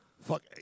fuck